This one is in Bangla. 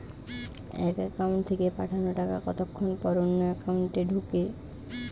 এক একাউন্ট থেকে পাঠানো টাকা কতক্ষন পর অন্য একাউন্টে ঢোকে?